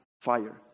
fire